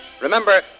Remember